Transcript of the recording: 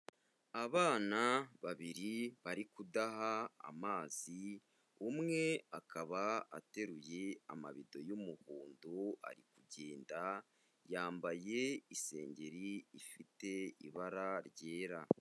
Abana babiri bari kudaha amazi, umwe akaba ateruye amabido y'umuhondo, ari kugenda yambaye isengeri ifite ibara ryera.